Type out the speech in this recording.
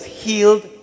healed